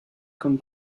comme